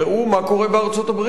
ראו מה קורה בארצות-הברית.